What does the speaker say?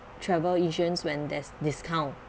travel insurance when there's discount